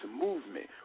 movement